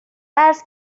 قرض